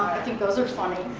think those are funny.